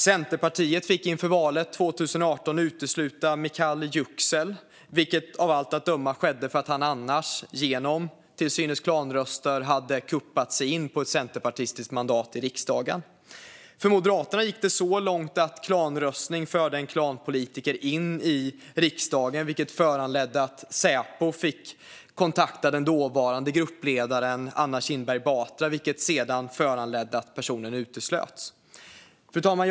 Centerpartiet fick inför valet 2018 utesluta Mikail Yüksel, vilket av allt att döma skedde för att han annars till synes genom klanröster hade kuppat in sig i riksdagen på ett centerpartistiskt mandat. För Moderaterna gick det så långt att klanröstning förde en klanpolitiker in i riksdagen. Detta föranledde Säpo att kontakta den dåvarande gruppledaren Anna Kinberg Batra, vilket sedan ledde till att personen uteslöts. Fru talman!